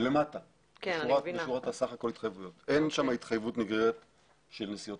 אין שם התחייבות נגררת של נסיעות